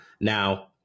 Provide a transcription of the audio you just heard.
Now